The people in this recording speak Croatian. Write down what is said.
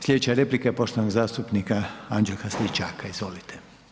Slijedeća replika poštovanog zastupnika Anđelka Stričaka, izvolite.